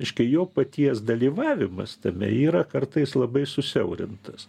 reiškia jo paties dalyvavimas tame yra kartais labai susiaurintas